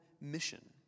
mission